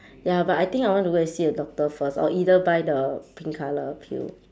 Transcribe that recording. ya but I think I want to go and see a doctor first or either buy the pink colour pill